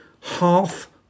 half